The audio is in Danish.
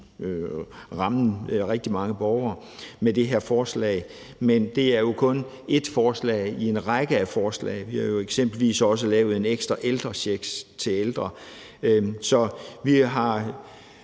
rammer rigtig mange borgere. Men det er jo kun ét forslag i en række af forslag. Vi har eksempelvis også lavet en ekstra ældrecheck. Så vi har